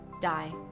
die